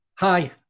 Hi